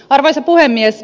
arvoisa puhemies